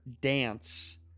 dance